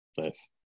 Nice